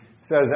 says